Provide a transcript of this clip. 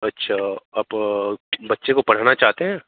अच्छा आप बच्चे को पढ़ाना चाहते हैं